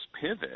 pivot